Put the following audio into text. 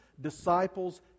disciples